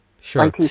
Sure